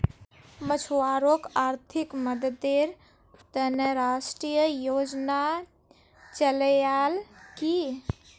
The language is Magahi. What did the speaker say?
मछुवारॉक आर्थिक मददेर त न राष्ट्रीय योजना चलैयाल की